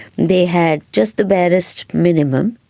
they had just the barest minimum.